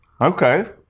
Okay